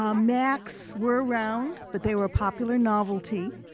um macs were around, but they were a popular novelty.